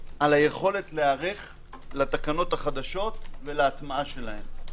על היכולת להיערך לתקנות החדשות ולהטמעה שלהן.